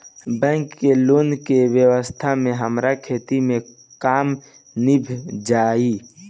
bank के loan के व्यवस्था से हमार खेती के काम नीभ जाई